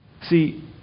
See